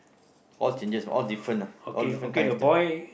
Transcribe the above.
all changes all different ah all different kinds ah